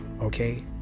Okay